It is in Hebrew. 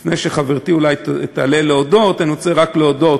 לפני שחברתי אולי תעלה להודות, להודות